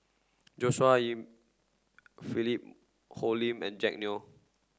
Joshua Ip Philip Hoalim and Jack Neo